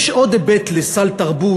יש עוד היבט לסל תרבות,